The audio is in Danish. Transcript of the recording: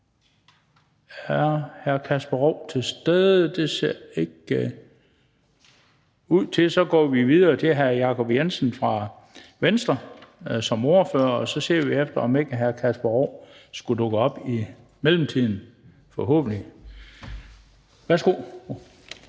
Er hr. Kasper Roug til stede? Det ser ikke sådan ud. Så går vi videre til hr. Jacob Jensen som ordfører fra Venstre, og så ser efter, om ikke hr. Kasper Roug skulle dukke op i mellemtiden. Det gør han forhåbentlig. Værsgo.